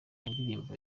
indirimbo